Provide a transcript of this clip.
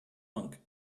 monk